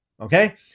okay